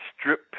strip